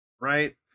Right